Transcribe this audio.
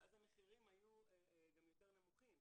ואז המחירים היו גם יותר נמוכים.